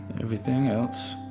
everything else.